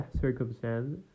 circumstance